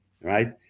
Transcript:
right